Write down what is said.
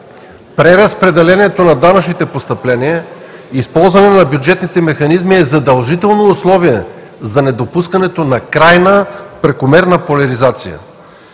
Преразпределението на данъчните постъпления, използването на бюджетните механизми е задължително условие за недопускането на крайна прекомерна поляризация.